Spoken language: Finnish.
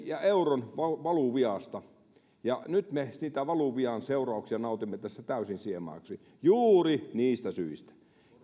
ja euron valuviasta ja nyt me niitä valuvian seurauksia nautimme tässä täysin siemauksin juuri niistä syistä